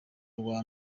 rwa